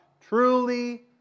truly